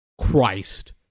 Christ